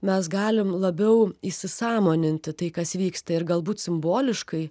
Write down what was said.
mes galim labiau įsisąmoninti tai kas vyksta ir galbūt simboliškai